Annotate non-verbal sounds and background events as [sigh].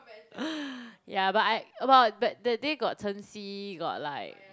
[breath] ya but I about but that day got Chen-Xi got like